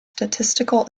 statistical